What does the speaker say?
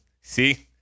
See